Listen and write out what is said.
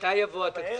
מתי יבוא התקציב?